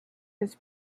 this